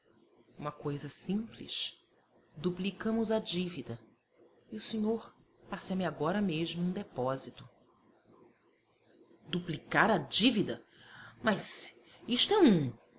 uma coisa simples duplicamos a dívida e o senhor passa-me agora mesmo um depósito duplicar a dívida mas isto é um